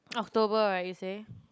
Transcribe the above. October right you say